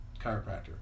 chiropractor